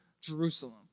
Jerusalem